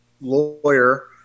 lawyer